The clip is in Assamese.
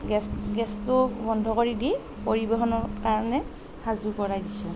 গেছ গেছটো বন্ধ কৰি দি পৰিৱেশনৰ কাৰণে সাজু কৰাই দিছোঁ